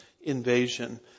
invasion